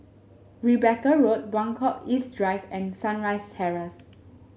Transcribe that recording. Rebecca Road Buangkok East Drive and Sunrise Terrace